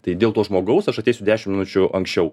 tai dėl to žmogaus aš ateisiu dešim minučių anksčiau